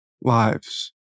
lives